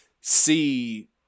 see